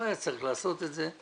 לא היה צריך לעשות את זה,